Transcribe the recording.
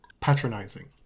patronizing